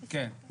כן,